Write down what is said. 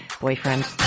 boyfriend